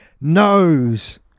knows